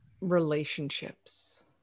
relationships